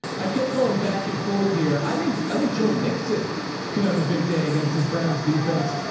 i kept going back and forth here. i think, i think joe mixing could have a big day against his brown's defense.